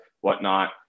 whatnot